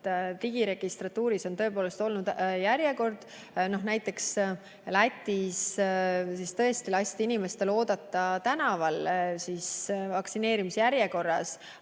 Digiregistratuuris on tõepoolest olnud järjekord. Näiteks Lätis tõesti lasti inimestel oodata tänaval vaktsineerimisjärjekorras,